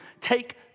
take